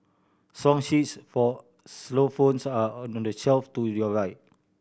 song sheets for xylophones are on the shelf to your right